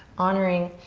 honoring